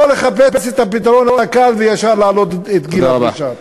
לא לחפש את הפתרון הקל וישר להעלות את גיל הפרישה.